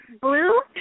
Blue